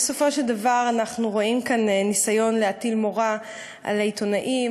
בסופו של דבר אנחנו רואים כאן ניסיון להטיל מורא על העיתונאים,